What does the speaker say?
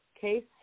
case